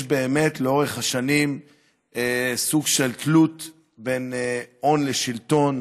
יש באמת לאורך השנים סוג של תלות בין הון לשלטון,